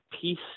peace